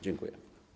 Dziękuję.